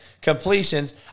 completions